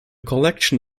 collection